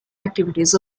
activities